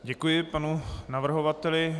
Děkuji panu navrhovateli.